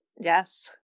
Yes